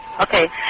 Okay